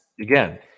again